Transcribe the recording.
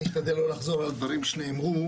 אני אשתדל לא לחזור על דברים שנאמרו,